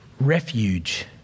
refuge